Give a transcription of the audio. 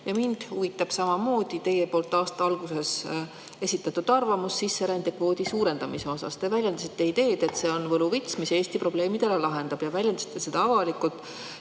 Ja mind huvitab samamoodi teie poolt aasta alguses esitatud arvamus sisserändekvoodi suurendamise kohta. Te väljendasite ideed, et see on võluvits, mis Eesti probleemid ära lahendab, ja väljendasite seda avalikult